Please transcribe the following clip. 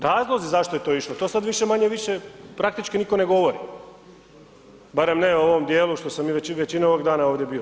Razlozi zašto je to išlo, to sad više-manje-više praktički nitko ne govori, barem ne u ovom dijelu što sam i većinu ovoga dana ovdje bio.